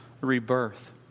rebirth